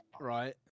right